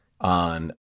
on